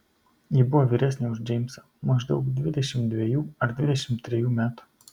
ji buvo vyresnė už džeimsą maždaug dvidešimt dvejų ar dvidešimt trejų metų